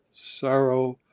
sorrow,